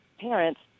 parents